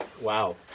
Wow